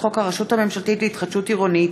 חוק הרשות הממשלתית להתחדשות עירונית,